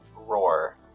Roar